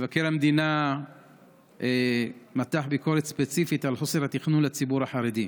מבקר המדינה מתח ביקורת ספציפית על חוסר התכנון לציבור החרדי.